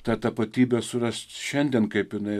tą tapatybę surast šiandien kaip jinai